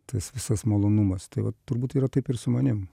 tas visas malonumas tai va turbūt yra taip ir su manim